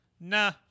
Nah